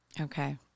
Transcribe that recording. Okay